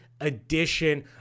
edition